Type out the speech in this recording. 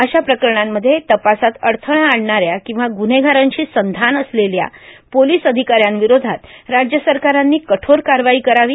अशा प्रकरणांमध्ये तपासात अडथळा आणणाऱ्या किंवा ग्रव्हेगारांशी संधान असलेल्या पोलीस अधिकाऱ्यांविरोधात राज्य सरकारांनी कठोर कारवाई करावी